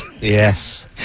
Yes